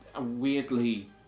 weirdly